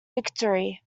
victory